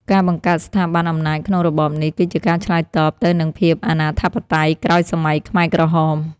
ការបង្កើតស្ថាប័នអំណាចក្នុងរបបនេះ គឺជាការឆ្លើយតបទៅនឹងភាពអនាធិបតេយ្យក្រោយសម័យខ្មែរក្រហម។